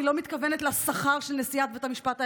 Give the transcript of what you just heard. אני לא מתכוונת לשכר של נשיאת בית המשפט העליון,